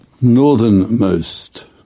Northernmost